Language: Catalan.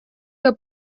que